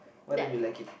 why don't you like it